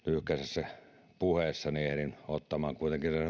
lyhkäisessä puheessani ehdin kuitenkin